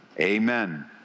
Amen